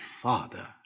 father